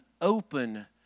open